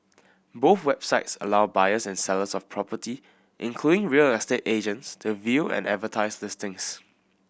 both websites allow buyers and sellers of property including real estate agents to view and advertise listings